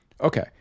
Okay